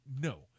No